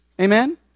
Amen